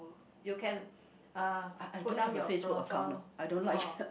you can uh put down your profile all